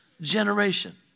generation